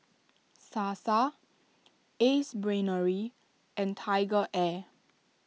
Sasa Ace Brainery and TigerAir